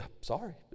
sorry